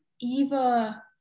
Eva